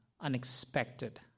unexpected